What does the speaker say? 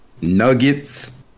Nuggets